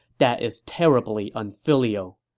that is terribly unfilial.